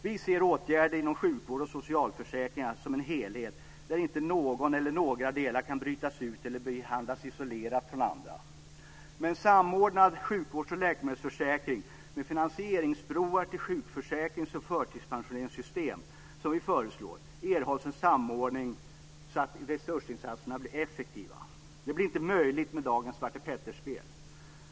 Vi ser åtgärder inom sjukvård och socialförsäkringar som en helhet där inte någon eller några delar kan brytas ut och behandlas isolerat från de andra. Med en samordnad sjukvårds och läkemedelsförsäkring med finansieringsbroar till sjukförsäkrings och förtidspensioneringssystem, som vi förslår, erhålls en samordning så att resursinsatserna blir effektiva. Det blir inte möjligt med dagens svartepetterspel.